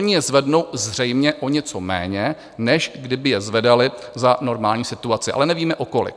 Oni je zvednou zřejmě o něco méně, než kdyby je zvedali za normální situace, ale nevíme o kolik.